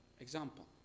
Example